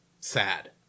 sad